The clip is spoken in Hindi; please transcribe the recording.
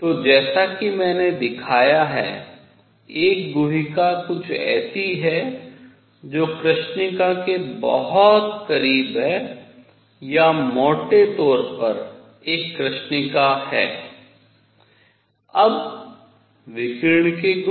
तो जैसा कि मैंने दिखाया है एक गुहिका कुछ ऐसी है जो कृष्णिका के बहुत करीब है या मोटे तौर पर एक कृष्णिका है अब विकिरण के गुण